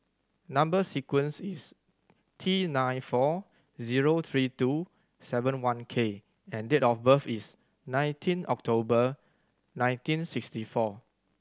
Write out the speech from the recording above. number sequence is T nine four zero three two seven one K and date of birth is nineteen October nineteen sixty four